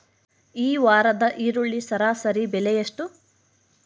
ಈ ವಾರದ ಈರುಳ್ಳಿ ಸರಾಸರಿ ಬೆಲೆ ಎಷ್ಟು?